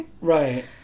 Right